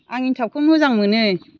आं एन्थाबखौ मोजां मोनो